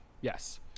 yes